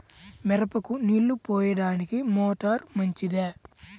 మిరపకు నీళ్ళు పోయడానికి మోటారు మంచిదా?